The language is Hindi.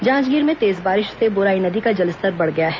जांजगीर में तेज बारिश से बोराई नदी का जलस्तर बढ़ गया है